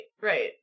right